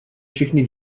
všechny